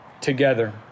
together